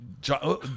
John